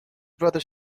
brother